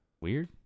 Weird